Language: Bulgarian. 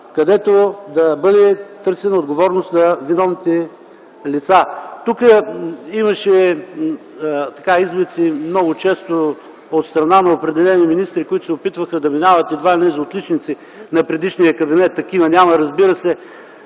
където да бъде търсена отговорност на виновните лица. Тук много често имаше изблици от страна на определени министри, които се опитваха да минават едва ли не за отличници на предишния кабинет. Такива няма, разбира се.